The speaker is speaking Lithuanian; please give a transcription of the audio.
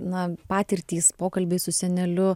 na patirtys pokalbiai su seneliu